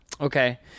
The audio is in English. Okay